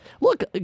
Look